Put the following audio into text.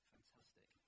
Fantastic